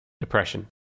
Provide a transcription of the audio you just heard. depression